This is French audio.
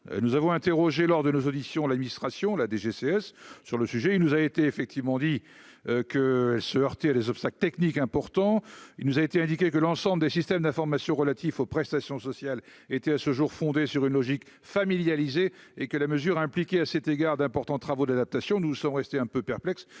nous avons interrogé lors de nos auditions, l'administration, la Dgccrs sur le sujet, il nous a été effectivement dit que elle se heurter à des obstacles techniques importants, il nous a été indiqué que l'ensemble des systèmes d'information relatifs aux prestations sociales était à ce jour, fondé sur une logique familialisé et que la mesure impliqué à cet égard, d'importants travaux d'adaptation, nous sommes restés un peu perplexe,